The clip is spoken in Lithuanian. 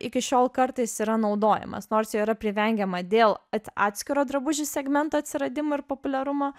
iki šiol kartais yra naudojamas nors jo yra privengiama dėl at atskiro drabužių segmento atsiradimo ir populiarumo